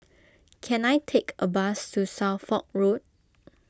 can I take a bus to Suffolk Road